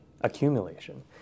Accumulation